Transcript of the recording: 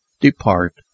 depart